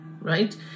Right